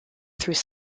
through